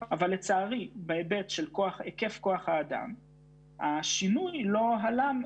לצערי המצב הוא בעייתי מאוד.